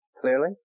clearly